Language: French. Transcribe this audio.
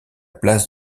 place